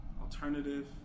alternative